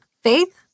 Faith